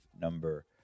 number